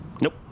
Nope